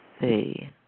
see